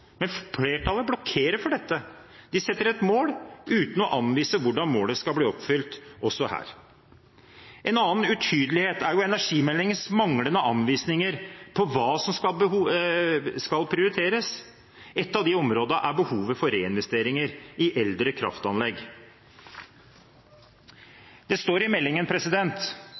Men flertallet blokkerer for dette. De setter et mål uten å anvise hvordan målet skal bli oppfylt, også her. En annen utydelighet er energimeldingens manglende anvisninger om hva som skal prioriteres. Ett av de områdene er behovet for reinvesteringer i eldre kraftanlegg. Det står i meldingen: